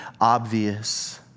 obvious